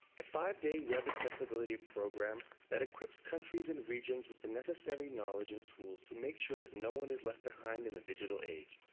a five-day web accessibility program that equips countries and regions with necessary knowledge and tools to make sure that no one is left behind in the digital age.